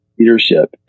Leadership